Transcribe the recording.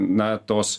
na tos